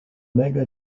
mega